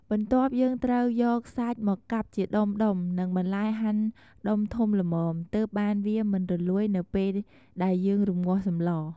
បន្ទាប់យើងត្រូវយកសាច់មកកាប់ជាដំុៗ និងបន្លែហាន់ដុំធំល្មម ទើបបានវាមិនរលួយនៅពេលដែលយើងរំងាស់សម្ល។